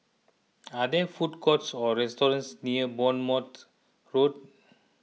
are there food courts or restaurants near Bournemouth Road